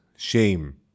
Shame